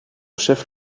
chef